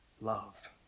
love